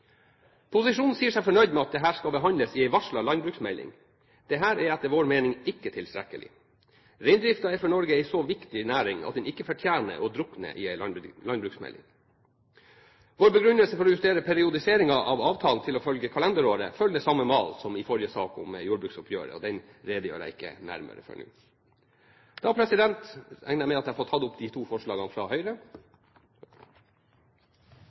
Posisjonen sier seg fornøyd med at dette skal behandles i en varslet landbruksmelding. Det er etter vår mening ikke tilstrekkelig. Reindriften er for Norge en så viktig næring at den ikke fortjener å drukne i en landbruksmelding. Vår begrunnelse for å justere periodiseringen av avtalen til å følge kalenderåret følger samme mal som i forrige sak, om jordbruksoppgjøret, og den redegjør jeg ikke nærmere for nå. SV er oppteken av at reindriftsnæringa skal vere berekraftig både kulturelt, økonomisk og økologisk. Reindriftspolitikken i Noreg byggjer på to